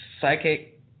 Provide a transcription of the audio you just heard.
psychic